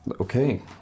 Okay